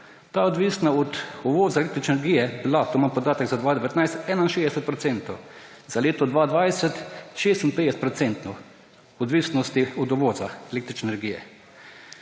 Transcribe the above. bila odvisna od uvoza električne energije – tule imam podatek za 2019 – 61 %, za leto 2020 – 56-odstotna odvisnost od uvoza električne energije.